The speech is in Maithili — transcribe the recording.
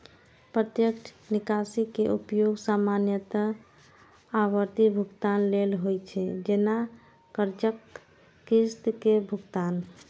प्रत्यक्ष निकासी के उपयोग सामान्यतः आवर्ती भुगतान लेल होइ छै, जैना कर्जक किस्त के भुगतान